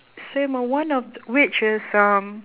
same uh one of th~ which is um